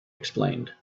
explained